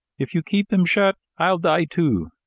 if you keep them shut, i'll die, too.